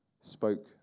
spoke